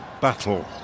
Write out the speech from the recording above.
battle